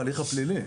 ההליך הפלילי,